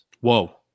Whoa